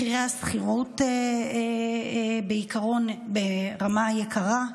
מחירי השכירות גם הם גבוהים.